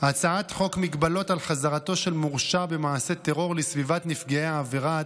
הצעת חוק מגבלות על חזרתו של מורשע במעשה טרור לסביבת נפגעי העבירה,